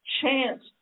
chance